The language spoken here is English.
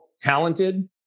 Talented